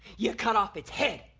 you cut off its head.